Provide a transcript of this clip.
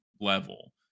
level